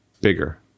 bigger